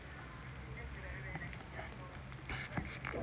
ya